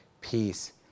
peace